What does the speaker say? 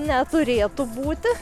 neturėtų būti